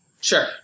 Sure